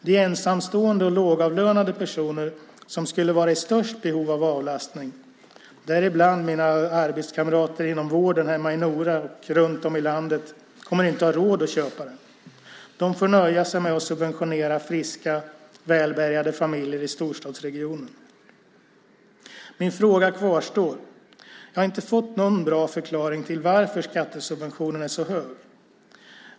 De ensamstående och lågavlönade personer som skulle vara i störst behov av avlastning, däribland mina arbetskamrater inom vården hemma i Nora och runt om i landet, kommer inte att ha råd att köpa det. De får nöja sig med att subventionera friska, välbärgade familjer i storstadsregionen. Min fråga kvarstår. Jag har inte fått någon bra förklaring till varför skattesubventionen är så hög.